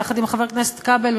יחד עם חבר הכנסת כבל,